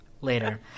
later